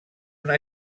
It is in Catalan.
una